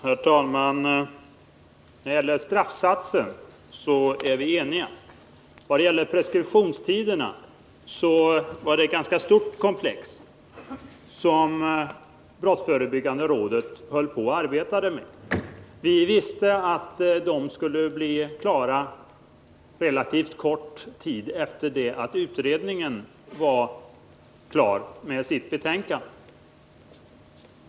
Herr talman! Om straffsatsen är vi eniga. Preskriptionstiderna var ett ganska stort komplex som brottsförebyggande rådet höll på att arbeta med, men vi visste att de skulle bli klara ganska kort tid efter det att utredningen var färdig med sitt betänkande.